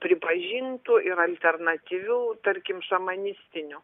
pripažintų ir alternatyvių tarkim šamanistinių